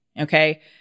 Okay